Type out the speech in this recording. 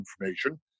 information